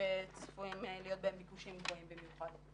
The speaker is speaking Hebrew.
שצפויים להיות בהם ביקושים גבוהים במיוחד.